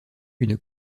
une